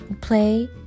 play